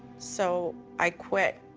so i quit.